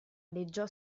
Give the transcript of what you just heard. aleggiò